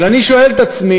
אבל אני שואל את עצמי,